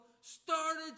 started